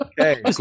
okay